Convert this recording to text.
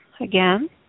again